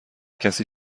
کسی